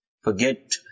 Forget